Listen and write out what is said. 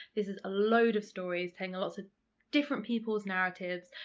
this is a load of stories, taking lots of different people's narratives.